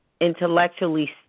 intellectually